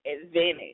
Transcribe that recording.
advantage